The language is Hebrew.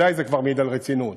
זה ודאי כבר מעיד על רצינות,